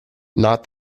not